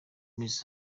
miss